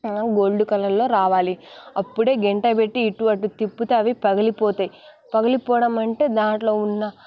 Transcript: gold కలర్లో రావాలి అప్పుడే గరిటె పెట్టి అటు ఇటు తిప్పుతూ పగిలిపోతాయి పగిలిపోవడం అంటే దాంట్లో ఉన్న